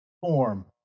form